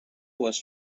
was